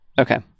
Okay